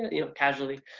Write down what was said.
you know casually.